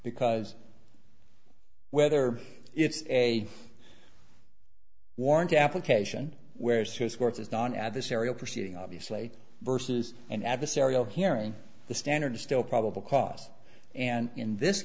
because whether it's a warrant application where is his words is gone adversarial proceeding obviously versus an adversarial hearing the standard still probable cause and in this